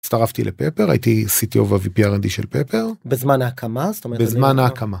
הצטרפתי לפפר הייתי סיטי of הvprnd של פפר בזמן ההקמה בזמן ההקמה.